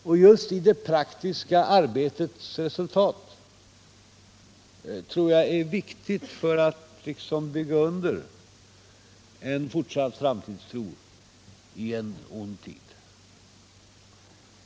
Och just i det praktiska arbetets resultat är detta viktigt för att bygga under en fortsatt framtidstro i en ond tid.